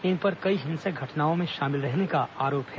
इन पर कई हिंसक घटनाओं में शामिल रहने का आरोप है